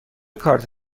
کارت